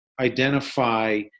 identify